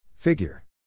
Figure